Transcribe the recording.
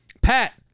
Pat